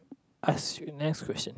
ask your next question